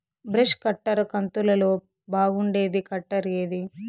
Brush cutter కంతులలో బాగుండేది cutter ఏది?